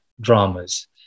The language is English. dramas